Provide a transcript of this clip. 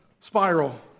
Spiral